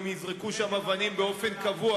אם יזרקו שם אבנים באופן קבוע